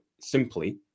simply